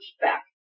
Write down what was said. back